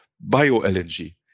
bio-LNG